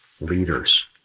leaders